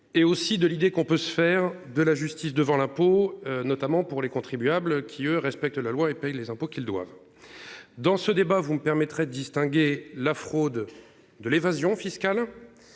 Et aussi de l'idée qu'on peut se faire de la justice devant l'impôt, notamment pour les contribuables qui eux respectent la loi et paye les impôts qu'ils doivent. Dans ce débat, vous me permettrez distinguer la fraude de l'évasion fiscale.